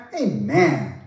Amen